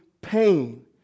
pain